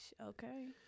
okay